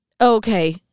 Okay